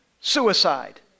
suicide